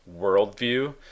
worldview